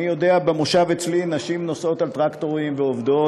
אני יודע שבמושב אצלי נשים נוסעות על טרקטורים ועובדות,